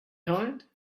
kind